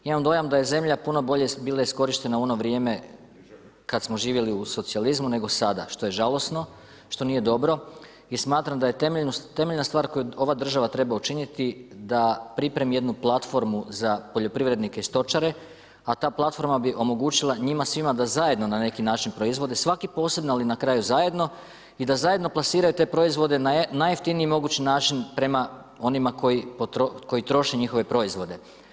Imam dojam da je zemlja puno bolje bila iskorištena u ono vrijeme kad smo živjeli u socijalizmu nego sada što je žalosno, što nije dobro i smatram da je temeljna stvar koju ova država treba učiniti da pripremi jednu platformu za poljoprivrednike i stočare a ta platforma bi omogućila njima svima da zajedno na neki način proizvode svaki posebno ali na kraju zajedno i da zajedno plasiraju te proizvode na najjeftiniji mogući način prema onima koji troše njihove proizvode.